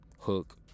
hook